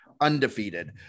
undefeated